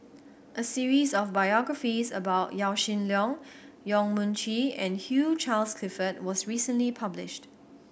a series of biographies about Yaw Shin Leong Yong Mun Chee and Hugh Charles Clifford was recently published